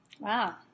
Wow